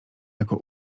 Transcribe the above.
jako